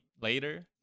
later